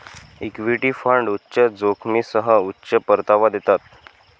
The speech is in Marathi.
इक्विटी फंड उच्च जोखमीसह उच्च परतावा देतात